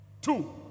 Two